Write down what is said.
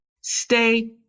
Stay